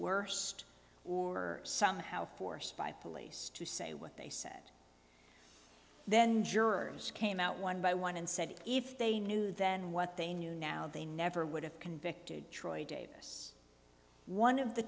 d or somehow forced by police to say what they said then jurors came out one by one and said if they knew then what they knew now they never would have convicted troy davis one of the